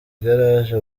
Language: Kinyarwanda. igaraje